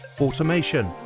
automation